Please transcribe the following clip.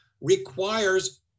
requires